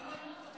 למה את מפחדת?